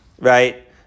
right